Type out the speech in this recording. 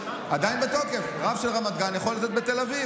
עדיין בתוקף: רב של רמת גן יכול בתל אביב,